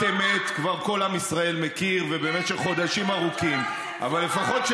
חבר הכנסת עיסאווי פריג'.